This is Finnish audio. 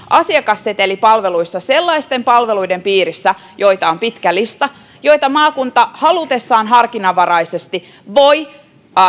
asiakassetelipalveluissa sellaisten palveluiden piirissä joita on pitkä lista joita maakunta halutessaan harkinnanvaraisesti voi